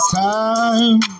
time